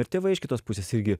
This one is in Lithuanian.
ir tėvai iš kitos pusės irgi